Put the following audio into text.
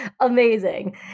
amazing